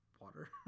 water